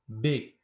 big